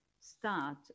start